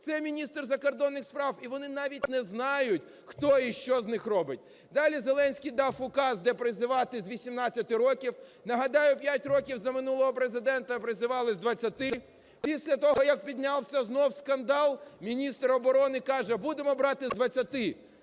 це міністр закордонних справ – і вони навіть не знають, хто і що з них робить. Далі Зеленський дав указ, де призивати з 18 років. Нагадаю, 5 років за минулого Президента призивали з 20. Після того, як піднявся знов скандал, міністр оборони каже, будемо брати з 20.